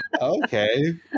Okay